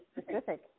specific